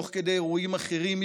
תוך כדי אירועים אחרים,